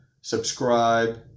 subscribe